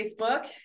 Facebook